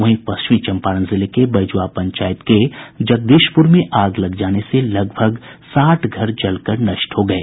वहीं पश्चिमी चंपारण जिले के बैजुआ पंचायत के जगदीशपुर में आग लग जाने से लगभग साठ घर जल कर नष्ट हो गये